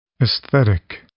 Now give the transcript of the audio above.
Aesthetic